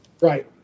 Right